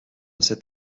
cet